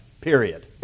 period